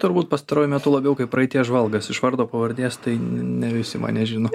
turbūt pastaruoju metu labiau kaip praeities žvalgas iš vardo pavardės tai ne visi mane žino